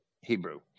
Hebrew